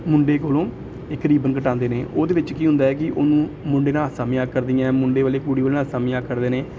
ਮੁੰਡੇ ਕੋਲੋਂ ਇੱਕ ਰੀਬਨ ਕਟਾਉਂਦੇ ਨੇ ਉਹਦੇ ਵਿੱਚ ਕੀ ਹੁੰਦਾ ਕਿ ਉਹਨੂੰ ਮੁੰਡੇ ਨਾਲ ਹਾਸਾ ਮਜ਼ਾਕ ਕਰਦੀਆਂ ਮੁੰਡੇ ਵਾਲੇ ਕੁੜੀ ਵਾਲਿਆਂ ਨਾਲ ਹਾਸਾ ਮਜ਼ਾਕ ਕਰਦੇ ਨੇ